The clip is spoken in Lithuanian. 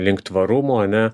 link tvarumo ane